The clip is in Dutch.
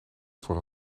voor